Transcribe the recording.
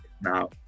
now